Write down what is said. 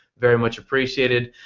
very much appreciated.